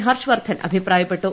ഹർഷ് വർദ്ധൻ അഭിപ്രായപ്പെട്ടു